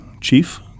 chief